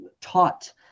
taught